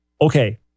Okay